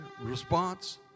response